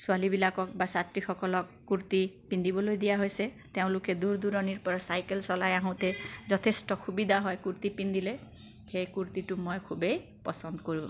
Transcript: ছোৱালীবিলাকক বা ছাত্ৰীসকলক কুৰ্তী পিন্ধিবলৈ দিয়া হৈছে তেওঁলোকে দূৰ দূৰণিৰ পৰা চাইকেল চলাই আহোতে যথেষ্ট সুবিধা হয় কুৰ্তী পিন্ধিলে সেয়ে কুৰ্তীটো মই খুবেই পচন্দ কৰোঁ